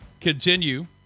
continue